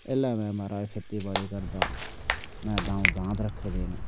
इस बेल्लै में मा'राज खेती बाड़ी करना में द'ऊं दांद रक्खे दे न